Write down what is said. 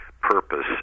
purpose